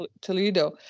Toledo